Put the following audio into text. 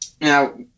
Now